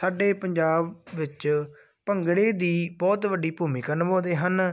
ਸਾਡੇ ਪੰਜਾਬ ਵਿੱਚ ਭੰਗੜੇ ਦੀ ਬਹੁਤ ਵੱਡੀ ਭੂਮਿਕਾ ਨਿਭਾਉਂਦੇ ਹਨ